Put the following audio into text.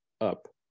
up